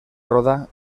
roda